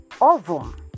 ovum